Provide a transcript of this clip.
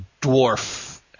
dwarf